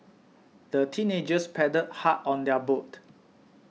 the teenagers paddled hard on their boat